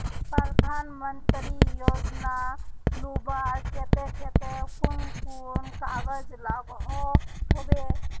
प्रधानमंत्री योजना लुबार केते कुन कुन कागज लागोहो होबे?